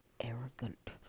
arrogant